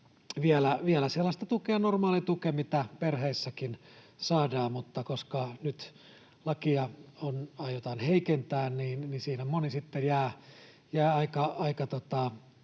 sellaista normaalia tukea, mitä perheissäkin saadaan, mutta koska nyt lakia aiotaan heikentää, niin siinä moni sitten jää aika